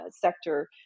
sector